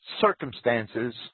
circumstances